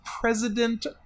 President